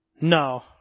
No